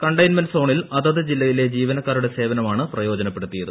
containment സോണിൽ അതത് ജില്ലയിലെ ജീവനക്കാരുടെ സേവനമാണ് പ്രയോജനപ്പെടുത്തിയത്